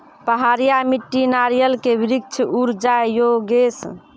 पहाड़िया मिट्टी नारियल के वृक्ष उड़ जाय योगेश?